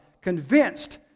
Convinced